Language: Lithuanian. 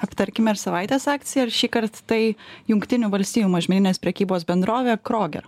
aptarkime savaitės akciją ar šįkart tai jungtinių valstijų mažmeninės prekybos bendrovė kroger